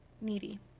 Needy